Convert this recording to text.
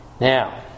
Now